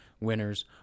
winners